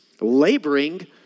laboring